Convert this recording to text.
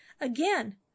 Again